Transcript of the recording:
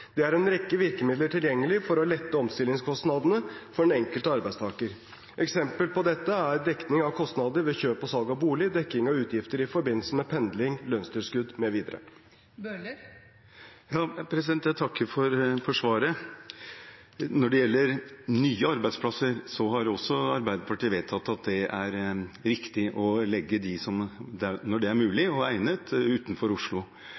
Det er en rekke virkemidler tilgjengelig for å lette omstillingskostnadene for den enkelte arbeidstaker. Eksempler på dette er dekning av kostnader ved kjøp og salg av bolig, dekning av utgifter i forbindelse med pendling, lønnstilskudd mv. Jeg takker for svaret. Når det gjelder nye arbeidsplasser, har også Arbeiderpartiet vedtatt at det er riktig å legge disse utenfor Oslo, når det er mulig og egnet. Så det er